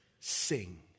Sing